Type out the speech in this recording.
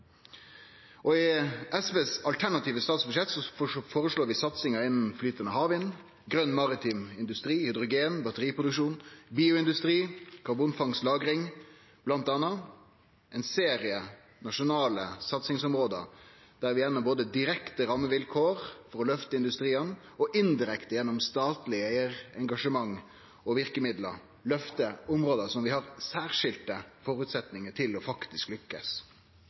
I SVs alternative statsbudsjett foreslår vi satsingar innan bl.a. flytande havvind, grøn maritim industri, hydrogen, batteriproduksjon, bioindustri, karbonfangst og -lagring – ein serie nasjonale satsingsområde der vi gjennom både direkte rammevilkår for å løfte industriane og indirekte, gjennom statleg eigarengasjement og verkemiddel, løftar område vi har særskilte føresetnader til faktisk å lukkast